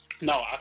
No